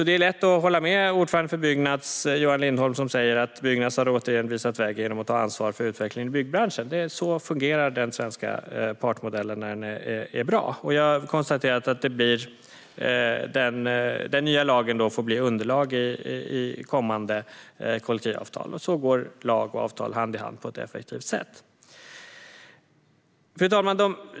Det är lätt att hålla med ordföranden för Byggnads, Johan Lindholm, som säger att Byggnads återigen har visat vägen genom att ta ansvar för utvecklingen i byggbranschen. Så fungerar den svenska partsmodellen när den är bra. Jag har konstaterat att den nya lagen får bli underlag i kommande kollektivavtal. Så går lag och avtal hand i hand på ett effektivt sätt. Fru talman!